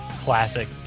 classic